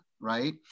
Right